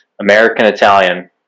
American-Italian